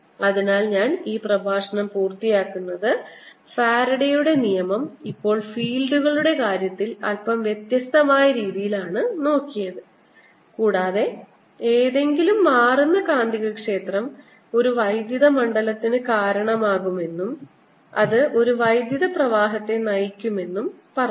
അതിനാൽ ഞാൻ ഈ പ്രഭാഷണം പൂർത്തിയാക്കുന്നത് ഫാരഡെയുടെ നിയമം ഇപ്പോൾ ഫീൽഡുകളുടെ കാര്യത്തിൽ അല്പം വ്യത്യസ്തമായ രീതിയിലാണ് നോക്കിയത് കൂടാതെ ഏതെങ്കിലും മാറുന്ന കാന്തികക്ഷേത്രം ഒരു വൈദ്യുത മണ്ഡലത്തിന് കാരണമാകുമെന്നും അത് ഒരു വൈദ്യുത പ്രവാഹത്തെ നയിക്കുമെന്നും പറഞ്ഞു